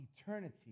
eternity